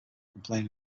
complain